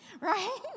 right